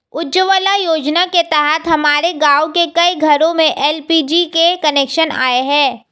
उज्ज्वला योजना के तहत हमारे गाँव के कई घरों में एल.पी.जी के कनेक्शन आए हैं